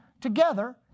together